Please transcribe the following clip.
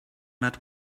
met